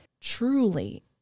truly